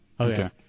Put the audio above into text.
Okay